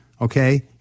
okay